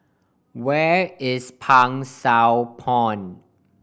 where is Pang Sua Pond